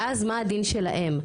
ואז מה הדין שלהם,